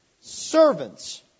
servants